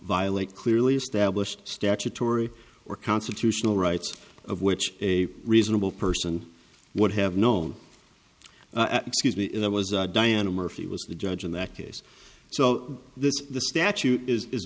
violate clearly established statutory or constitutional rights of which a reasonable person would have known excuse me it was diana murphy was the judge in that case so this the statute is